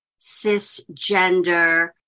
cisgender